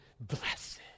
blessed